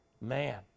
Man